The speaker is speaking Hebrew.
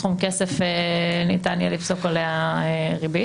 בה סכום כסף ניתן יהיה לפסוק עליה ריבית